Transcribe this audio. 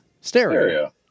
Stereo